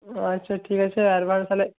ও আচ্ছা ঠিক আছে অ্যাডভান্স তাহলে